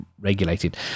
regulated